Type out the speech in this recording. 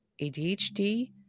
adhd